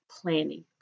planning